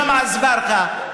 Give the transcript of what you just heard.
ג'מעה אזברגה,